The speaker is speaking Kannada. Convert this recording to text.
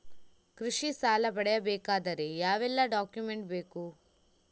ಕೃಷಿ ಸಾಲ ಪಡೆಯಬೇಕಾದರೆ ಯಾವೆಲ್ಲ ಡಾಕ್ಯುಮೆಂಟ್ ಬೇಕು?